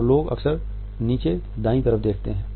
और लोग अक्सर नीचे दाईं तरफ देखते हैं